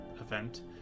event